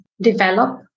develop